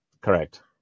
correct